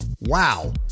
Wow